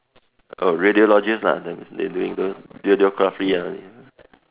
oh radiologist lah they they doing those radiography ah